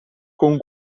con